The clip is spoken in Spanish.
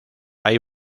hay